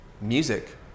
music